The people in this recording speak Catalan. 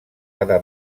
cada